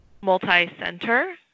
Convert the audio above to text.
multi-center